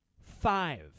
five